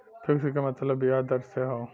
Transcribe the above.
fix क मतलब बियाज दर से हौ